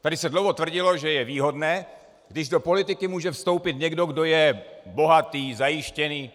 Tady se dlouho tvrdilo, že je výhodné, když do politiky může vstoupit někdo, kdo je bohatý, zajištěný.